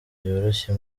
yoroshye